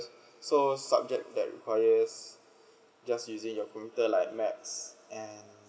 so subject that requires just using your computer like math and